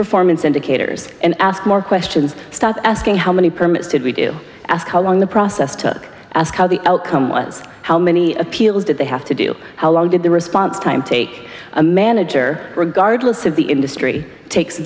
performance indicators and ask more questions start asking how many permits did we do ask how long the process took the outcome was how many appeals did they have to do how long did the response time take a manager regardless of the industry takes